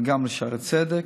וגם לשערי צדק.